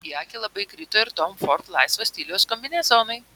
į akį labai krito ir tom ford laisvo stiliaus kombinezonai